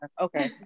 okay